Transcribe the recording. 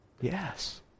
Yes